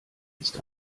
ist